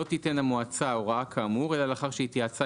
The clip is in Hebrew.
לא תיתן המועצה הוראה כאמור אלא לאחר שהתייעצה